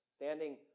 standing